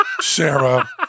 Sarah